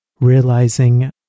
realizing